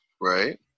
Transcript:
right